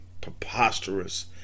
preposterous